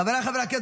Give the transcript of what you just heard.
חבריי חברי הכנסת,